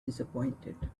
disappointed